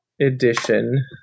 Edition